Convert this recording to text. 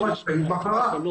כל-